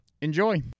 Enjoy